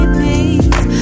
peace